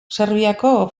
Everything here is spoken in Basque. serbiako